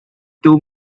two